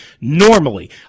normally